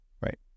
right